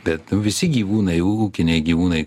bet nu visi gyvūnai ūkiniai gyvūnai